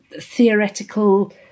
theoretical